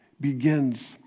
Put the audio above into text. begins